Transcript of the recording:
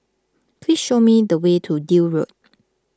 please show me the way to Deal Road